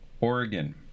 Oregon